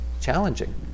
challenging